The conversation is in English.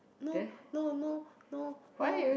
no no no no no